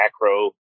macro